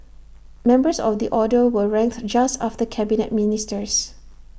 members of the order were ranked just after Cabinet Ministers